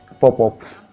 pop-ups